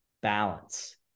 balance